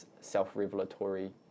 self-revelatory